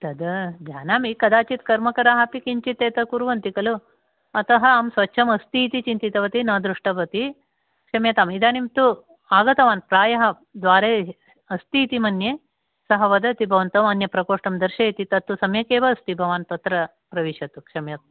तद् जानामि कदाचित् कर्मकराः अपि किञ्चित् एतत् कुर्वन्ति खलु अतः अहं स्वच्छमस्ति इति चिन्तितवती न दृष्टवती क्षम्यताम् इदानीं तु आगतवान् प्रायः द्वारे अस्ति इति मन्ये सः वदति भवन्तं अन्यप्रकोष्ठं दर्शयति तत्तु सम्यकेव अस्ति भवान् पत्र प्रविशतु क्षम्यताम्